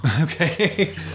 Okay